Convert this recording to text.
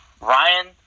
Ryan